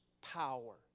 power